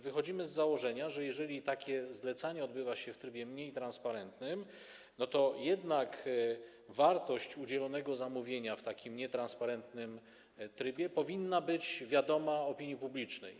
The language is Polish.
Wychodzimy z założenia, że jeżeli takie zlecanie odbywa się w trybie mniej transparentnym, to jednak wartość udzielonego zamówienia w takim nietransparentnym trybie powinna być wiadoma opinii publicznej.